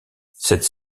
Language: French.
cette